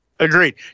Agreed